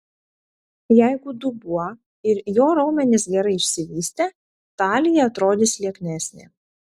jeigu dubuo ir jo raumenys gerai išsivystę talija atrodys lieknesnė